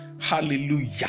Hallelujah